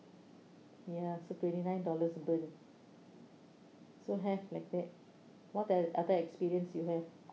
ya so twenty nine dollars burned so have like that what are the other experience you have